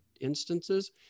instances